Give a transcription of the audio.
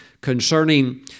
concerning